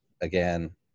again